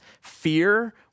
fear